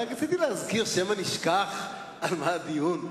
רק ניסיתי להזכיר, שמא נשכח, על מה הדיון.